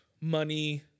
money